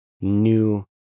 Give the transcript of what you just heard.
New